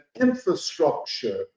infrastructure